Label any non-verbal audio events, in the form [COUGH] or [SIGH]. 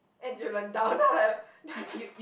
N_T_U Learn down then I like then I just [BREATH]